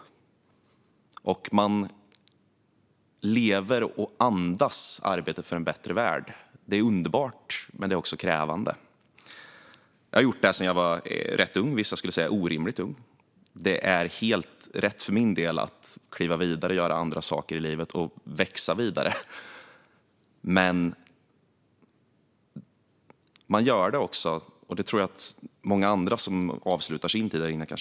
Man lever och andas arbetet för en bättre värld. Det är underbart, men det är också krävande. Jag har gjort det sedan jag var rätt ung; vissa skulle säga orimligt ung. Det är helt rätt för min del att kliva vidare, växa vidare och göra andra saker i livet.